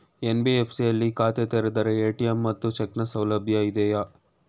NBFC ಯಲ್ಲಿ ಖಾತೆ ತೆರೆದರೆ ಎ.ಟಿ.ಎಂ ಮತ್ತು ಚೆಕ್ ನ ಸೌಲಭ್ಯ ಇದೆಯಾ?